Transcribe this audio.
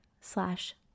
slash